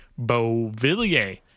Beauvillier